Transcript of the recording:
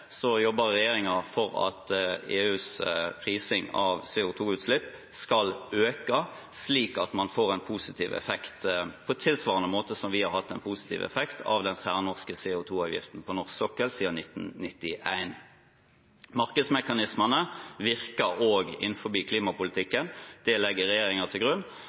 for at EUs prising av CO2-utslipp skal øke, slik at man får en positiv effekt – på tilsvarende måte som vi har hatt en positiv effekt av den særnorske CO2-avgiften på norsk sokkel siden 1991. Markedsmekanismene virker også innenfor klimapolitikken. Det legger regjeringen til grunn.